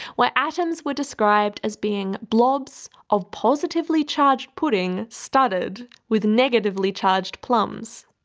where atoms were described as being blobs of positively charged pudding studded with negatively charged plums.